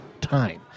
time